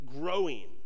growing